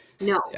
No